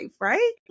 right